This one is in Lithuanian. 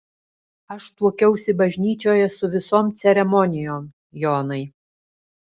aš tuokiausi bažnyčioje su visom ceremonijom jonai